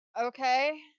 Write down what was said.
Okay